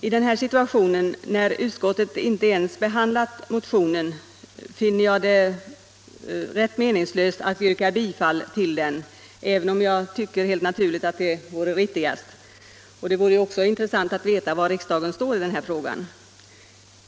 I denna situation — när utskottet inte ens behandlat motionen — finner jag det ganska meningslöst att yrka bifall till motionen, även om jag helt naturligt tycker att detta vore riktigast. Det vore också intressant att få veta var riksdagen står i den här frågan.